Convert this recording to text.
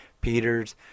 Peter's